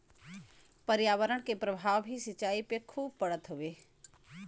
पर्यावरण के प्रभाव भी सिंचाई पे खूब पड़त हउवे